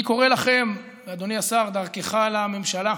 אני קורא לכם, אדוני השר, דרכך לממשלה: